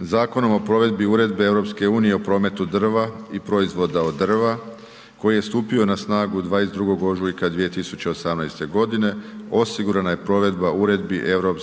Zakonom o provedbi uredbe EU o prometu drva i proizvoda od drva koji je stupio na snagu 22. ožujka 2018.g. osigurana je provedba uredbi EU